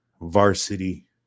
varsity